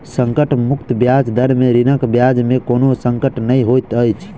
संकट मुक्त ब्याज दर में ऋणक ब्याज में कोनो संकट नै होइत अछि